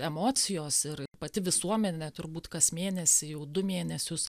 emocijos ir pati visuomenė turbūt kas mėnesį jau du mėnesius